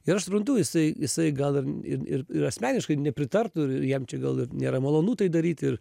ir aš suprantu jisai jisai gal ir ir ir ir asmeniškai nepritartų ir jam čia gal ir nėra malonu tai daryti ir